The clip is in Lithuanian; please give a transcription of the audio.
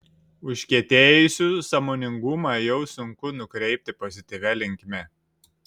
užkietėjusių sąmoningumą jau sunku nukreipti pozityvia linkme